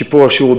שיפור השירות,